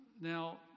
Now